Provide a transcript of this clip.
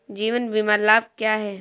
जीवन बीमा लाभ क्या हैं?